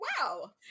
Wow